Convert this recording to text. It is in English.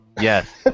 Yes